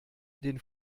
den